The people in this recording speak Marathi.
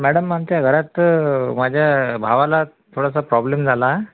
मॅडम आमच्या घरात माझ्या भावाला थोडासा प्रॉब्लेम झाला